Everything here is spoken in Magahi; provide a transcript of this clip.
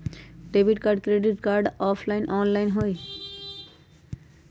Debit card credit card offline online होई?